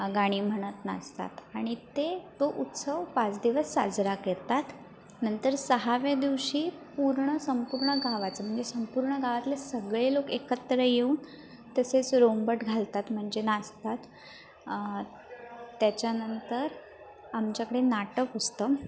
गाणी म्हणत नाचतात आणि ते तो उत्सव पाच दिवस साजरा करतात नंतर सहाव्या दिवशी पूर्ण संपूर्ण गावाचं म्हणजे संपूर्ण गावातले सगळे लोक एकत्र येऊन तसेच रोंबाट घालतात म्हणजे नाचतात त्याच्यानंतर आमच्याकडे नाटक असतं